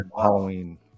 Halloween